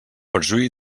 perjuí